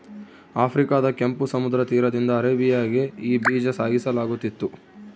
ಆಫ್ರಿಕಾದ ಕೆಂಪು ಸಮುದ್ರ ತೀರದಿಂದ ಅರೇಬಿಯಾಗೆ ಈ ಬೀಜ ಸಾಗಿಸಲಾಗುತ್ತಿತ್ತು